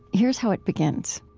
here's how it begins